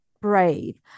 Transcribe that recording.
brave